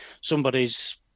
somebody's